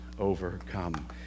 overcome